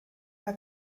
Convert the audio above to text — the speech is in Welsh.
mae